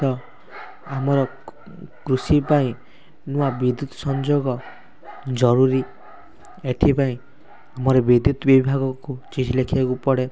ତ ଆମର କୃଷି ପାଇଁ ନୂଆ ବିଦ୍ୟୁତ୍ ସଂଯୋଗ ଜରୁରୀ ଏଥିପାଇଁ ଆମର ବିଦ୍ୟୁତ୍ ବିଭାଗକୁ ଚିଠି ଲେଖିବାକୁ ପଡ଼େ